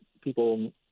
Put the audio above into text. people